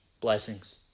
Blessings